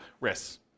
risks